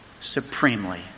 supremely